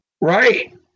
right